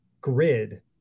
grid